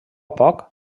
poc